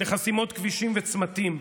לחסימות כבישים וצמתים,